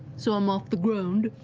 so i'm off the ground.